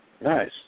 Nice